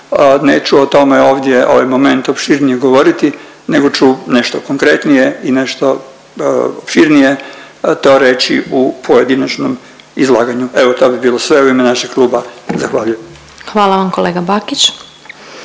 neću o tome ovdje ovaj moment opširnije govoriti nego ću nešto konkretnije i nešto opširnije to reći u pojedinačnom izlaganju. Evo to bi bilo sve u ime našeg kluba. Zahvaljujem. **Glasovac, Sabina